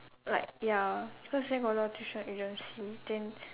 like ya because there got a lot of tuition agency then